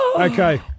Okay